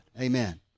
Amen